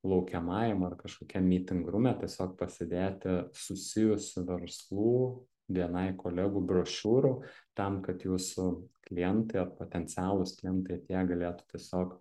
laukiamajam ar kažkokiam myting rume tiesiog pasidėti susijusių verslų bni kolegų brošiūrų tam kad jūsų klientai ar potencialūs klientai atėję galėtų tiesiog